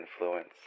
influence